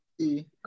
see –